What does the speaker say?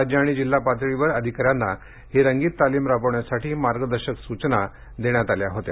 राज्य आणि जिल्हा पातळीवरील अधिकाऱ्यांना ही रंगीत तालिम राबवण्यासाठी मार्गदर्शक सुचना देण्यात आल्या होत्या